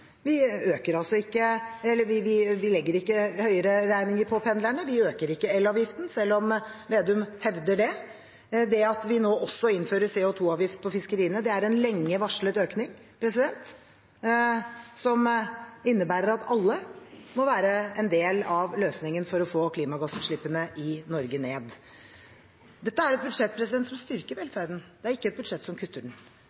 Vi legger ikke høyere regninger på pendlerne. Vi øker ikke elavgiften, selv om representanten Slagsvold Vedum hevder det. Det at vi nå også innfører CO 2 -avgift for fiskeriene, er en lenge varslet økning, som innebærer at alle må være en del av løsningen for å få klimagassutslippene i Norge ned. Dette er et budsjett som styrker velferden, det er ikke et budsjett som kutter den.